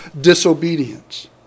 disobedience